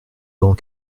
grand